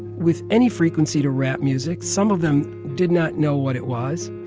with any frequency to rap music. some of them did not know what it was.